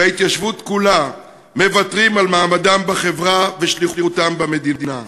וההתיישבות כולה מוותרות על מעמדן בחברה ושליחותן במדינה.